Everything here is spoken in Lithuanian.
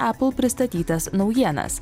apple pristatytas naujienas